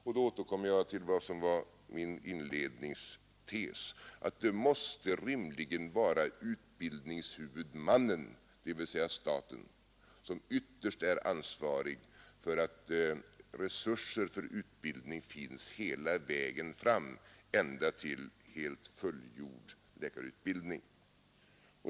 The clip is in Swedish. Och då återkommer jag till vad som var min inledningstes — det måste rimligen vara utbildningshuvudmannen, dvs. staten, som ytterst är ansvarig för att resurser för utbildning finns hela vägen ända fram till helt fullgjord läkarutbildning.